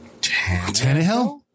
Tannehill